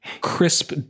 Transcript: crisp